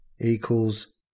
equals